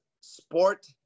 sport